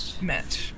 met